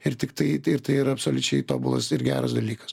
ir tiktai tai yra absoliučiai tobulas ir geras dalykas